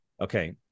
Okay